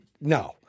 no